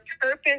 purpose